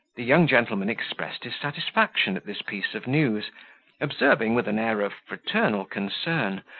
the young gentleman expressed his satisfaction at this piece of news observing, with an air of fraternal concern,